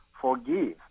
forgive